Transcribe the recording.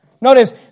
Notice